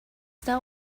that